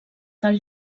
del